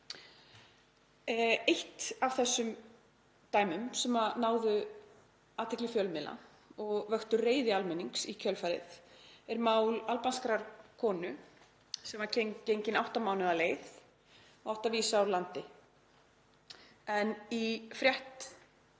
Eitt af þessum dæmum sem náði athygli fjölmiðla og vakti reiði almennings í kjölfarið er mál albanskrar konu sem var gengin átta mánuði á leið og átti að vísa úr landi. Í frétt